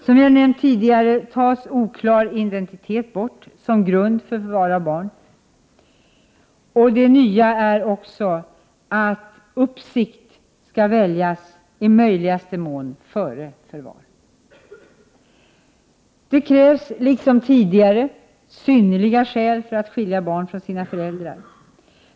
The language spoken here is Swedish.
Som jag nämnt tidigare tas oklar identitet bort som grund för förvar av barn. Nytt är också att uppsikt skall väljas i möjligaste mån före förvar. Det krävs liksom tidigare synnerliga skäl för att skilja barn från sina föräldrar.